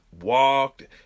walked